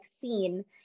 seen